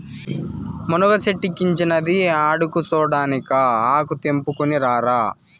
మునగ సెట్టిక్కించినది ఆడకూసోడానికా ఆకు తెంపుకుని రారా